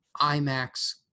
IMAX